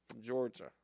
Georgia